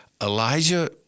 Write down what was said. elijah